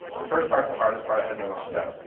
the first parts, the hardest part has the most stuff.